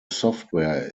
software